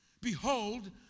Behold